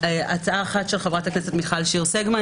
הצעה אחת של חברת הכנסת מיכל שיר סגמן